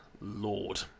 lord